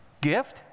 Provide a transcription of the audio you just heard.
Gift